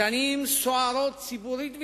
שנים סוערות ציבורית ואידיאולוגית.